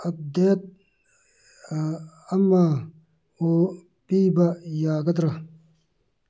update ꯑꯃꯕꯨ ꯄꯤꯕ ꯌꯥꯒꯗ꯭ꯔꯥ